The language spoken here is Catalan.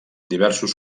diversos